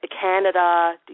Canada